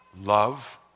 love